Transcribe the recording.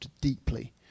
deeply